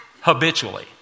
habitually